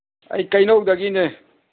ꯑꯩ ꯀꯩꯅꯧꯗꯒꯤꯅꯦ